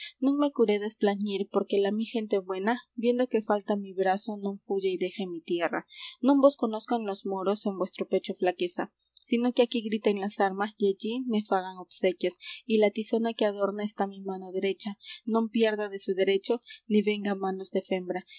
non me curedes plañir porque la mi gente buena viendo que falta mi brazo non fuya y deje mi tierra non vos conozcan los moros en vuestro pecho flaqueza sino que aquí griten armas y allí me fagan obsequias y la tizona que adorna esta mi mano derecha non pierda de su derecho ni venga á manos de